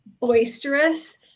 boisterous